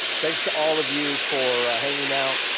thanks to all of you for hanging out